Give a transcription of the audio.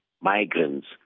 migrants